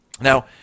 Now